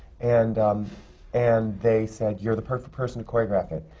and um and they said, you're the perfect person to choreograph it.